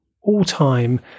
all-time